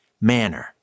manner